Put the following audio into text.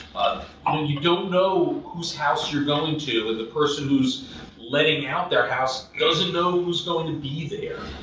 um when you don't know who's house you're going to and the person who's letting out their house doesn't know who's going to be there,